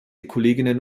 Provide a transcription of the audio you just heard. kolleginnen